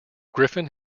griffin